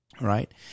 right